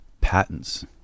patents